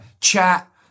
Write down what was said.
chat